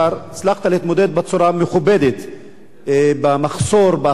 הצלחת להתמודד בצורה מכובדת עם המחסור באחיות